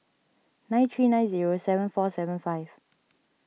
nine three nine zero seven four seven five